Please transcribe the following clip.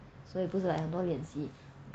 所以不是 like 很多练习